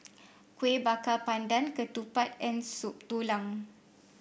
Kueh Bakar Pandan Ketupat and Soup Tulang